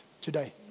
today